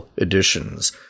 Editions